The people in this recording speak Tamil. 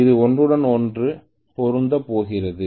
இது ஒன்றுடன் ஒன்று பொருந்தப் போகிறது